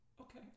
Okay